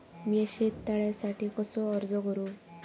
मीया शेत तळ्यासाठी कसो अर्ज करू?